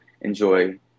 enjoy